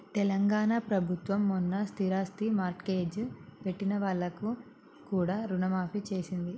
తెలంగాణ ప్రభుత్వం మొన్న స్థిరాస్తి మార్ట్గేజ్ పెట్టిన వాళ్లకు కూడా రుణమాఫీ చేసింది